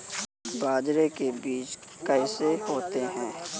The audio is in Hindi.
बाजरे के बीज कैसे होते हैं?